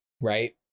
right